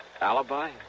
alibi